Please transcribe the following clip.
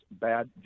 bad